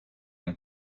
and